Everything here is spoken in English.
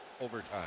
overtime